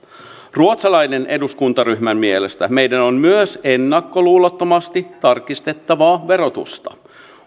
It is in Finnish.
ruotsalaisen eduskuntaryhmän mielestä meidän on myös ennakkoluulottomasti tarkistettava verotusta